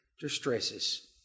distresses